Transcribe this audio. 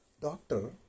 Doctor